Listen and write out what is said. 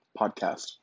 podcast